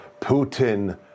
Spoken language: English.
Putin